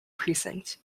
precinct